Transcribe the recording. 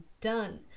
done